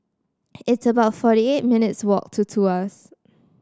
it's about forty eight minutes' walk to Tuas